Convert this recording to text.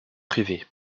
privé